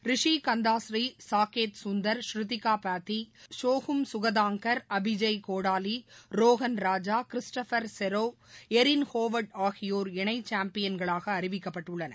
Rishikanthasri Saketh Sundar Shruthikapathi Sohum Sukhatankar Abhijay Kodali Rohan Raja Christopher Serao Erin Howard ஆகியோர் இணைசாம்பியன்களாகஅறிவிக்கப்பட்டுள்ளனர்